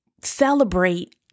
celebrate